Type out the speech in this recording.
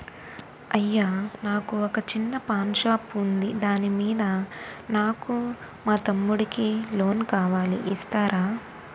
అయ్యా నాకు వొక చిన్న పాన్ షాప్ ఉంది దాని మీద నాకు మా తమ్ముడి కి లోన్ కావాలి ఇస్తారా?